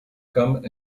come